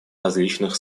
различных